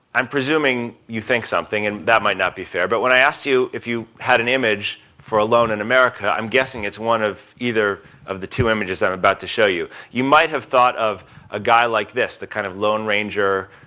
i'm presuming you think something and that might not be fair, but when i asked you if you had an image for alone in america, i'm guessing it's one of either of the two images i'm about to show you. you might have thought of a guy like this, the kind of lone ranger,